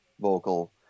vocal